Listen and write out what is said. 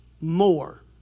more